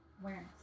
Awareness